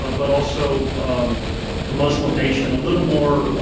ah but also a muslim nation, a little more,